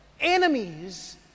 enemies